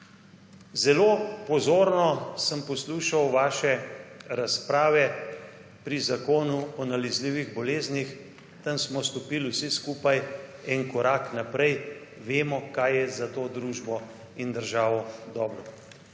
Zelo pozorno sem poslušal vaše razprave pri Zakonu o nalezljivih boleznih. Tam smo stopili vsi skupaj en korak naprej. Vemo, kaj je za to družbo in državo dobro.